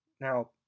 Now